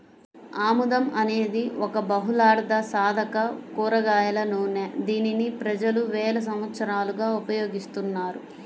ఆముదం అనేది ఒక బహుళార్ధసాధక కూరగాయల నూనె, దీనిని ప్రజలు వేల సంవత్సరాలుగా ఉపయోగిస్తున్నారు